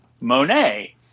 Monet